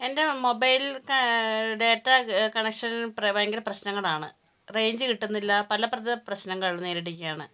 എൻ്റെ mobile data കണക്ഷനിൽ ഭയങ്കര പ്രശ്നങ്ങളാണ് റേഞ്ച് കിട്ടുന്നില്ല പല പ്രധ പ്രശ്നങ്ങൾ നേരിടുകയാണ്